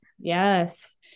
yes